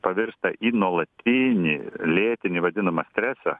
pavirsta į nuolatinį lėtinį vadinamą stresą